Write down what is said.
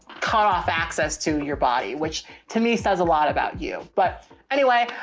cut off access to your body, which to me says a lot about you. but anyway,